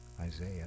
Isaiah